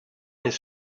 his